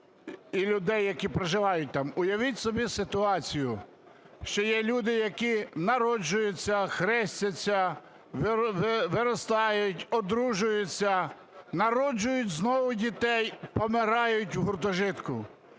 і людей, які проживають там. Уявіть собі ситуацію, що є люди, які народжуються, хрестяться, виростають, одружуються, народжують знову дітей, помирають в гуртожитку,